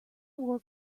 wore